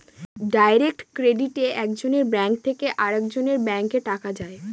direct ক্রেডিটে এক জনের ব্যাঙ্ক থেকে আরেকজনের ব্যাঙ্কে টাকা যায়